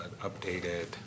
updated